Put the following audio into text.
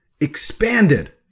expanded